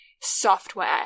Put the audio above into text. software